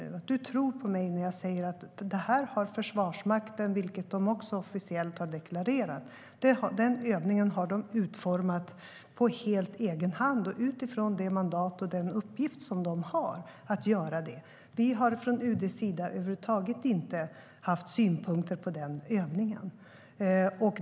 Han tror på mig när jag säger att Försvarsmakten - vilket de officiellt har deklarerat - har utformat övningen helt på egen hand utifrån det mandat och den uppgift de har. Vi från UD:s sida har över huvud taget inte haft synpunkter på övningen.